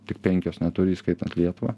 tik penkios neturi įskaitant lietuvą